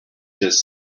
just